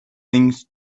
things